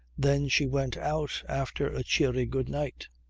then she went out after a cheery good-night.